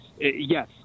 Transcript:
yes